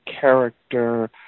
character